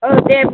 औ दे